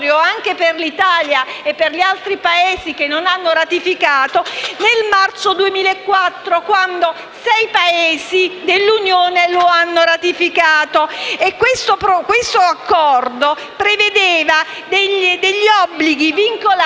anche per l'Italia e per gli altri Paesi che non lo hanno ratificato, nel marzo del 2004, quando sei Paesi dell'Unione lo hanno ratificato. Il Protocollo prevedeva obblighi vincolanti